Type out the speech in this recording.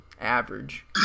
average